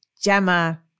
Gemma